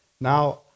Now